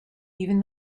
even